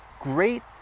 great